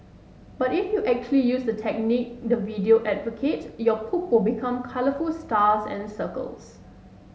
but if you actually use the technique the video advocates your poop will become colourful stars and circles